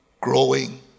growing